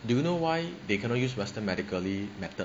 do you know why they cannot use western medically method